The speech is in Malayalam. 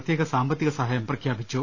പ്രത്യേക സാമ്പത്തിക സഹായം പ്രഖ്യാപിച്ചു